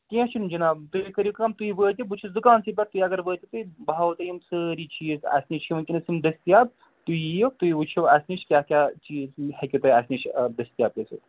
کیٚنٛہہ چھُنہٕ جِناب تُہۍ کٔرِو کٲم تُہۍ وٲتِو بہٕ چھُس دُکانسٕے پٮ۪ٹھ تُہۍ اَگر وٲتِو تُہۍ بہٕ ہاوَو تۅہہِ یم سٲری چیٖز اَسہِ نِش چھِ وُنکیٚنَس یِم دٔستیاب تُہۍ یِیو تُہۍ وُچھِو اَسہِ نِش کیٛاہ کیٛاہ چیٖز ہیٚکہِ تۅہہِ اَسہِ نِش دٔستیاب گَژھِتھ